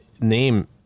name